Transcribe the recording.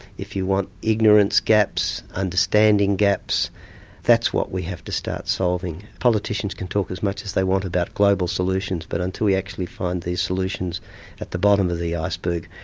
if you want, ignorance gaps, understanding gaps that's what we have to start solving. politicians can talk as much as they want about global solutions, but until we actually find these solutions at the bottom of the iceberg,